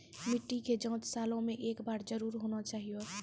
मिट्टी के जाँच सालों मे एक बार जरूर होना चाहियो?